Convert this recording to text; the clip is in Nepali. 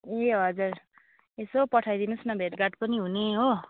ए हजर यसो पठाइदिनुहोस् न भेटघाट पनि हुने हो